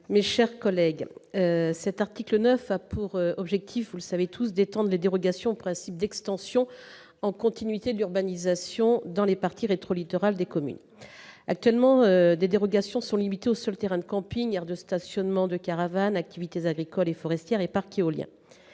Mme Corinne Imbert, sur l'article. L'article 9 vise à étendre les dérogations au principe d'extension en continuité de l'urbanisation dans les parties rétro-littorales des communes. Actuellement, ces dérogations sont limitées aux seuls terrains de camping, aires de stationnement de caravanes, activités agricoles et forestières et parcs éoliens.